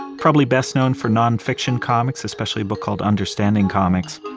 probably best known for nonfiction comics, especially a book called understanding comics,